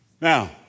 Now